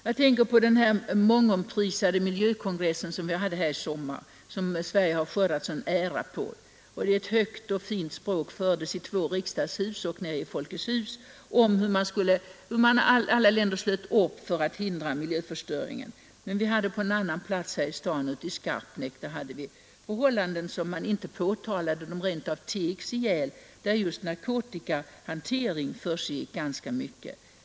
Jag tänker på den mångbeprisade miljövårdskongressen som vi hade i somras och som Sverige skördat sådan ära av. Ett högt och fint språk fördes i två riksdagshus och nere i Folkets hus om hur alla länder slöt upp för att hindra miljöförstöringen. Men vi hade på en annan plats här i staden, ute i Skarpnäck, förhållanden som man inte påtalade — de rent av tegs ihjäl — där just narkotikahantering försiggick i ganska stor utsträckning.